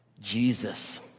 Jesus